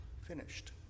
finished